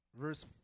Verse